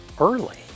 early